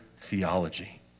theology